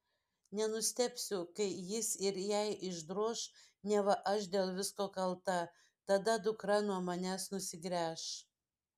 nenustebsiu kai jis ir jai išdroš neva aš dėl visko kalta tada dukra nuo manęs nusigręš